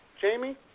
Jamie